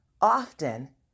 often